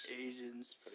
Asians